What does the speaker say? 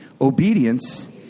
Obedience